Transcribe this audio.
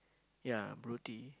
ya Broti